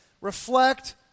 reflect